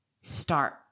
Start